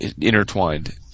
intertwined